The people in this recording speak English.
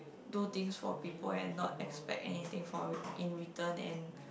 do things for people and not expect anything for in return and